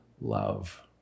love